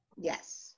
yes